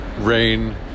rain